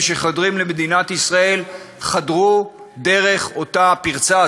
שחודרים למדינת ישראל חדרו דרך אותה פרצה,